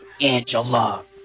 Angela